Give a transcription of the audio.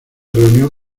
reunió